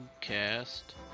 cast